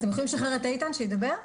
אתם יכולים לשחרר את איתן כדי שיוכל לדבר?